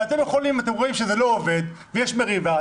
אתם רואים שזה לא עובד ויש מריבה,